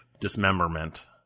dismemberment